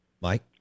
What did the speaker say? Mike